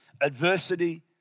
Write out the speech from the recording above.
adversity